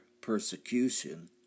persecution